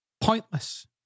pointless